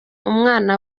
umwana